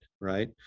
right